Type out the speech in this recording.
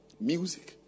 Music